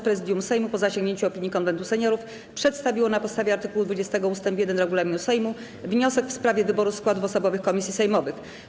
Prezydium Sejmu, po zasięgnięciu opinii Konwentu Seniorów, przedstawiło na podstawie art. 20 ust. 1 regulaminu Sejmu wniosek w sprawie wyboru składów osobowych komisji sejmowych.